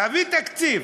להביא תקציב,